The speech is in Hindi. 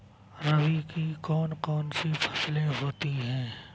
रबी की कौन कौन सी फसलें होती हैं?